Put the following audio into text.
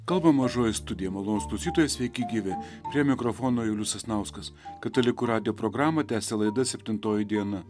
kalba mažoji studija malonūs klausytijai sveiki gyvi prie mikrofono julius sasnauskas katalikų radijo programą tęsia laida septintoji diena